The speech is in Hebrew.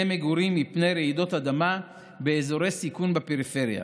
מגורים מפני רעידות אדמה באזורי סיכון בפריפריה,